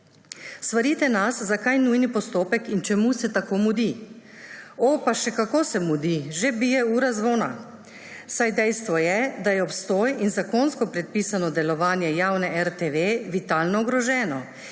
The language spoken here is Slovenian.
Svarite nas, zakaj nujni postopek in čemu se tako mudi. O, pa še kako se mudi, že bije ura zvona, saj je dejstvo, da je obstoj in zakonsko predpisano delovanje javne RTV vitalno ogroženo.